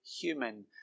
human